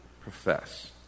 profess